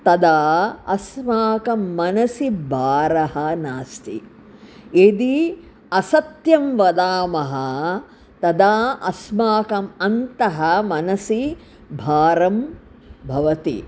तदा अस्माकं मनसि भारः नास्ति यदि असत्यं वदामः तदा अस्माकम् अन्तः मनसि भारं भवति